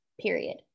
period